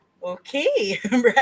okay